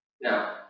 Now